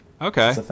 Okay